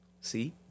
see